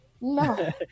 No